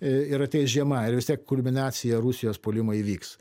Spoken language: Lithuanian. ir ateis žiema ir vis tiek kulminacija rusijos puolimo įvyks